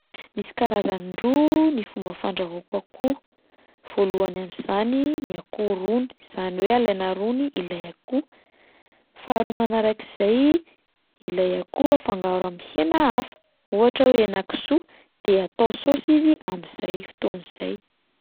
Misy karazany roa ny fomba fandrahoiko akoho: voalohany amin'izany ny akoho rony izany hoe alaina rony ilay akoho, faharoa manarak'izay ilay akoho afangaro amin'ny hena hafa ohatra hoe henan-kisoa de atao saosy izy amin'izay fotoana izay.